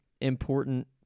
important